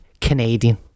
canadian